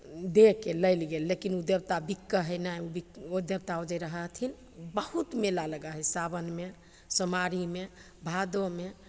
दैके लै ले गेल लेकिन देवता बिकै हइ नहि ओ देवता ओहिजे रहै हथिन बहुत मेला लागै हइ सावनमे सोमवारीमे भादोमे